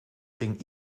ging